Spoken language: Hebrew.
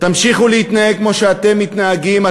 תמשיכו להתנהג כמו שאתם מתנהגים,